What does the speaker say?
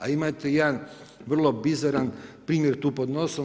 A imate jedan vrlo bizaran primjer tu pod nosom.